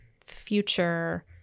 future